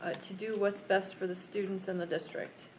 to do what's best for the students and the district.